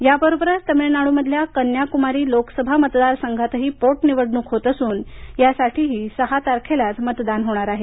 याबरोबरच तमिळनाडूमधल्या कन्याकुमारी लोकसभा मतदारसंघातही पोटनिवडणूक होत असून यासाठीही सहा तारखेलाच मतदान होणार आहे